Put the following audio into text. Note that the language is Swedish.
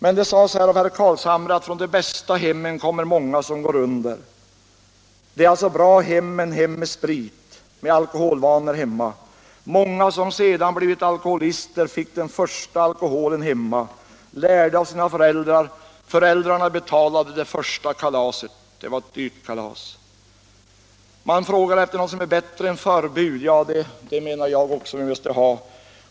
Men herr Carlshamre sade att från de bästa hemmen kommer många som går under. Det är alltså bra hem men hem med sprit, med alkoholvanor hemma. Många som blivit alkoholister fick den första alkoholen hemma, lärda av sina föräldrar. Föräldrarna betalade det första glaset och det var ett dyrt kalas. Man frågar efter något som är bättre än förbud. Ja, det menar jag också att vi måste ha.